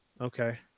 Okay